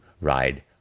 ride